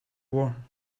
war